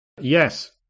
Yes